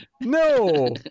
No